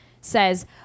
says